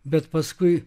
bet paskui